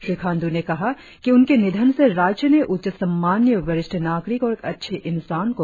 श्री खांड् ने कहा कि उनके निधन से राज्य ने उच्च सम्माननीय वरिष्ठ नागरिक और एक अच्छे इंसान को खो दिया है